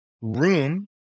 room